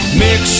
mix